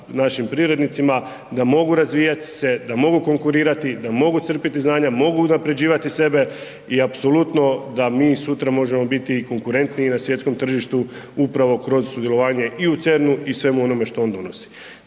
našim privrednicima da mogu razvijat se, da mogu konkurirati, da mogu crpiti znanja, mogu unapređivati sebe i apsolutno da mi sutra možemo biti i konkurentniji na svjetskom tržištu upravo kroz sudjelovanje i u CERN-u i svemu onome što on donosi.